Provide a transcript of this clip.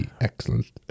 Excellent